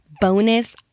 bonus